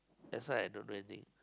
that's why I don't really think